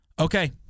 okay